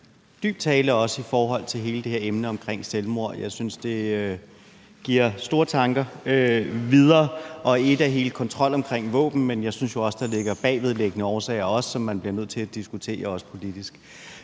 dyb tale, også i forhold til hele det her emne om selvmord. Jeg synes, det giver store tanker videre. Én ting er jo hele kontrollen med våben, men jeg synes jo også, at der er bagvedliggende årsager, som man bliver nødt til at diskutere, også politisk.